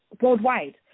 worldwide